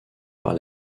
par